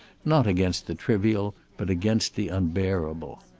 not against the trivial but against the unbearable.